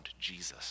Jesus